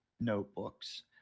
notebooks